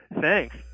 Thanks